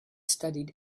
studied